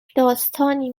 داستانی